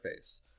interface